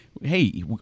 Hey